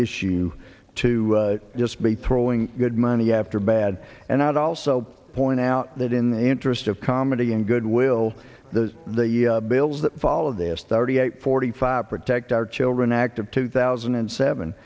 issue to just be throwing good money after bad and i'd also point out that in the interest of comedy and goodwill there's the bills that follow this thirty eight forty five protect our children act of two thousand and seven